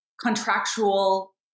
contractual